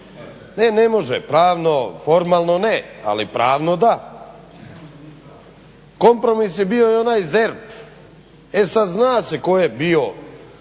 Ne, ne može pravno formalno ne, ali pravno da. Kompromis je bio i onaj ZERP e sada zna se tko je bio